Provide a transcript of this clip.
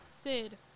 Sid